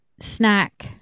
snack